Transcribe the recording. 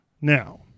Now